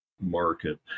market